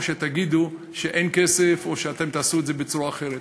או שתגידו שאין כסף או שאתם תעשו את זה בצורה אחרת.